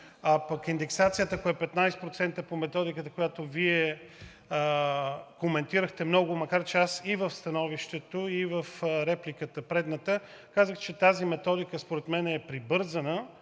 пък индексацията, ако е 15% по методиката, която Вие много коментирахте, макар че аз и в становището, и в предната реплика казах, че тази методика според мен е прибързана